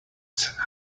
scenario